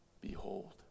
Behold